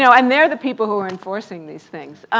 so and they're the people who are enforcing these things.